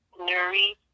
Nuri